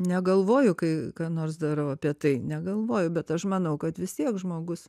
negalvoju kai ką nors darau apie tai negalvoju bet aš manau kad vis tiek žmogus